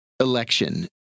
election